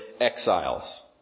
exiles